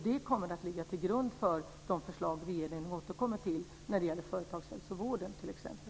Det kommer att ligga till grund för de förslag regeringen återkommer med när det gäller företagshälsovården, t.ex.